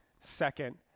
second